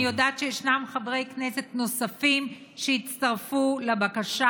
אני יודעת שישנם חברי כנסת נוספים שהצטרפו לבקשה.